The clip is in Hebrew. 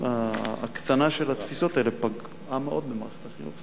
וההקצנה של התפיסות האלה פגעה מאוד במערכת החינוך,